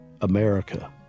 America